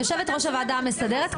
יושבת-ראש הוועדה המסדרת,